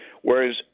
whereas